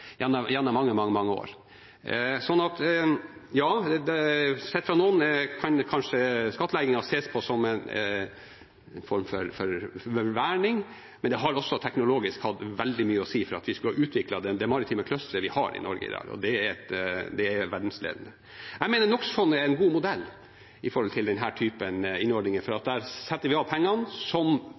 gjennom mange år. Ja, sett fra noens ståsted kan kanskje skattleggingen ses på som en form for verning, men det har også teknologisk hatt veldig mye å si for at vi har utviklet det maritime clusteret vi har i Norge i dag. Det er verdensledende. Jeg mener NO x -fondet er en god modell for denne typen innordninger, for der setter vi av penger som næringen selv kan bruke til forbedringer. Vi bare kontrollerer at de pengene